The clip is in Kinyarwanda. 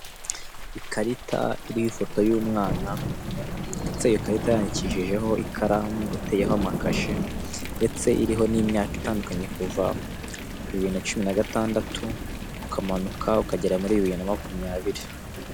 Ikarita iriho ifoto y'umwana ndetse ikarita yandikishijeho ikaramu iteyeho amakashe, ndetse iriho n'imyaka itandukanye kuva bibiri na cumi na gatandatu ukamanuka ukagera muri bibiri na makumyabiri.